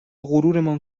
غرورمان